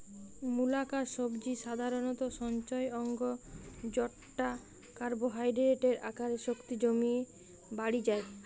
মূলাকার সবজি সাধারণত সঞ্চয় অঙ্গ জউটা কার্বোহাইড্রেটের আকারে শক্তি জমিতে বাড়ি যায়